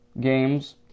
games